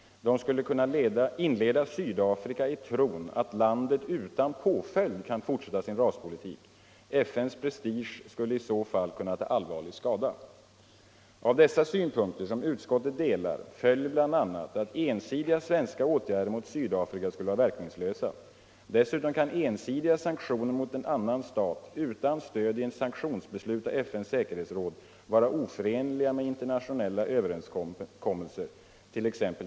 De skulle kunna inleda Sydafrika i tron att landet utan päföljd kan fortsätta sin raspolitik. FN:s prestige skulle i så fall kunna ta allvarlig skada. Av dessa synpunkter, som utskottet delar, följer bl.a. utt ensidiga svenska åtgärder mot Svdafrika skulle vara verkningslösa. Dessutom kan ensidiga sanktioner mot en annan stat, utan stöd i eu sanktionsbeslut av FN:s säkerhetsråd. vara oförenliga med internationella överenskommelser, 1.ex.